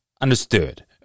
Understood